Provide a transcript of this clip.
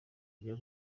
ryo